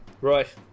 Right